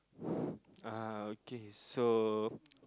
uh okay so